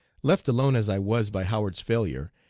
left alone as i was, by howard's failure,